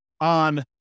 on